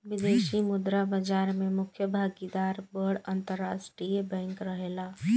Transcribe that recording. विदेशी मुद्रा बाजार में मुख्य भागीदार बड़ अंतरराष्ट्रीय बैंक रहेला